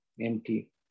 empty